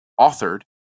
authored